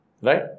right